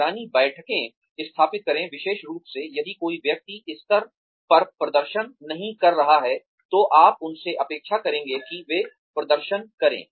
निगरानी बैठकें monitoring meetings स्थापित करें विशेष रूप से यदि कोई व्यक्ति स्तर पर प्रदर्शन नहीं कर रहा है तो आप उनसे अपेक्षा करेंगे कि वे प्रदर्शन करें